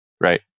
right